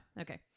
Okay